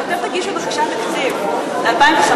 כשאתם תגישו את בקשת תקציב 2015,